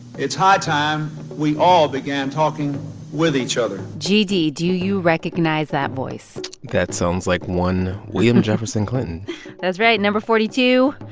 it's high time we all began talking with each other gd, do you recognize that voice? that sounds like one william jefferson clinton that's right no. forty two.